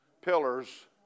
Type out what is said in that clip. pillars